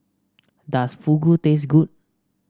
does Fugu taste good